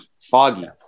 foggy